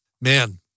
man